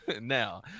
Now